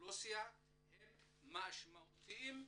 באוכלוסייה הם משמעותיים וכואבים.